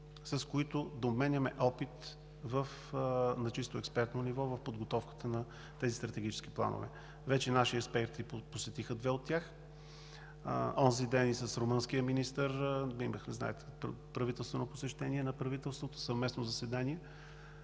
с които да обменяме опит на чисто експертно ниво в подготовката на тези стратегически планове. Вече наши експерти посетиха две от тях. Онзи ден и с румънския министър – знаете, имахме посещение на правителството, съвместно заседание,